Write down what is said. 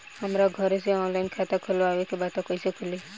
हमरा घरे से ऑनलाइन खाता खोलवावे के बा त कइसे खुली?